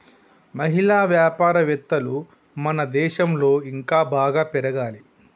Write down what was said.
మహిళా వ్యాపారవేత్తలు మన దేశంలో ఇంకా బాగా పెరగాలి